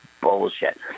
bullshit